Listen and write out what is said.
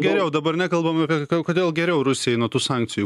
geriau dabar nekalbam apie kodėl geriau rusijai nuo tų sankcijų